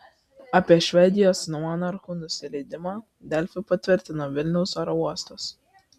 apie švedijos monarchų nusileidimą delfi patvirtino vilniaus oro uostas